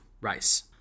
rice